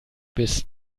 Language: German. bis